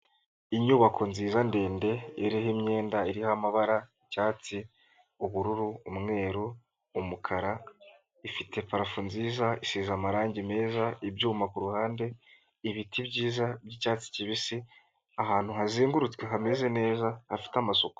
Inyubako nziza ndende, iriho imyenda iriho amabara icyatsi, ubururu, umweru, umukara, ifite parafo nziza, isize amarangi meza, ibyuma ku ruhande, ibiti byiza by'icyatsi kibisi, ahantu hazengurutswe hameze neza, hafite amasuku.